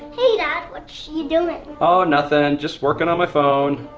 hey dad, what you doing? oh nothing, just working on my phone.